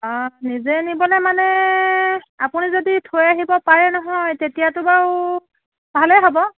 অ নিজে নিবলৈ মানে আপুনি যদি থৈ আহিব পাৰে নহয় তেতিয়াতো বাৰু ভালেই হ'ব